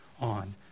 on